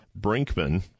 Brinkman